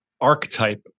archetype